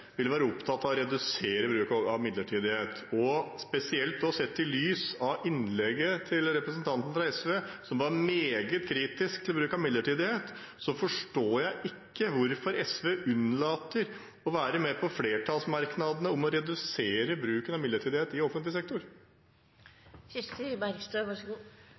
ville vært opptatt av å redusere bruken av midlertidighet. Sett i lys av spesielt innlegget til representanten fra SV, som var meget kritisk til bruk av midlertidighet, forstår jeg ikke hvorfor SV unnlater å være med på flertallsmerknadene om å redusere bruken av midlertidighet i